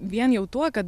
vien jau tuo kad